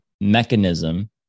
mechanism